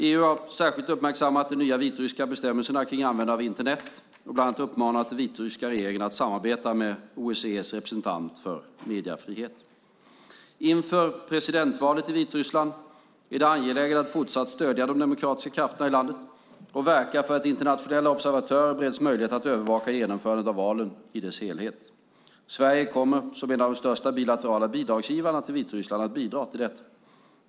EU har särskilt uppmärksammat de nya vitryska bestämmelserna om användandet av Internet och bland annat uppmanat vitryska regeringen att samarbeta med OSSE:s representant för mediefrihet. Inför presidentvalet i Vitryssland är det angeläget att fortsatt stödja de demokratiska krafterna i landet och verka för att internationella observatörer bereds möjlighet att övervaka genomförandet av valet i dess helhet. Sverige kommer som en av de största bilaterala biståndsgivarna till Vitryssland att bidra till detta.